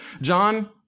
John